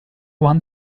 one